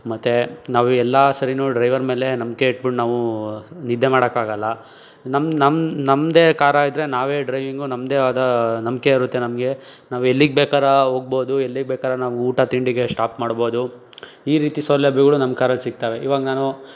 ಮತ್ತೆ ನಾವು ಎಲ್ಲ ಸರಿನೂ ಡ್ರೈವರ್ ಮೇಲೆ ನಂಬಿಕೆ ಇಟ್ಬಿಟ್ಟು ನಾವು ನಿದ್ದೆ ಮಾಡಕ್ಕಾಗಲ್ಲ ನಮ್ಮ ನಮ್ಮ ನಮ್ಮದೇ ಕಾರ್ ಆಗಿದ್ದರೆ ನಾವೇ ಡ್ರೈವಿಂಗು ನಮ್ಮದೇ ಆದ ನಂಬಿಕೆ ಇರುತ್ತೆ ನಮಗೆ ನಾವು ಎಲ್ಲಿಗೆ ಬೇಕಾರ ಹೋಗ್ಬೋದು ಎಲ್ಲಿಗೆ ಬೇಕಾರ ನಾವು ಊಟ ತಿಂಡಿಗೆ ಸ್ಟಾಪ್ ಮಾಡ್ಬೋದು ಈ ರೀತಿ ಸೌಲಭ್ಯಗಳು ನಮ್ಮ ಕಾರಲ್ಲಿ ಸಿಗ್ತವೆ ಈವಾಗ ನಾನು